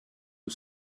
you